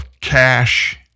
cash